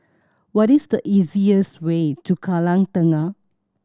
what is the easiest way to Kallang Tengah